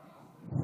כן.